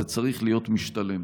זה צריך להיות משתלם,